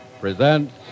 presents